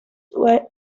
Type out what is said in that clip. were